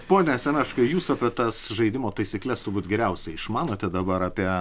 pone semeška jūs apie tas žaidimo taisykles turbūt geriausiai išmanote dabar apie